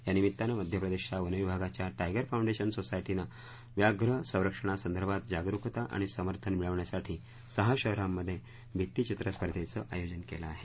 यानिमित्तानं मध्य प्रदेशाच्या वन विभागाच्या टायगर फाऊंडेशन सोसायटीनं व्याघ्र संरक्षणा संदर्भात जागरुकता आणि समर्थन मिळवण्यासाठी सहा शहरामंध्ये भित्तीचित्र स्पर्धेचं आयोजन केलं आहे